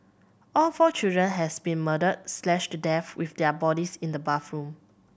all four children has been murdered slashed to death with their bodies in the bathroom